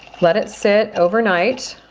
let it sit overnight